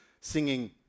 singing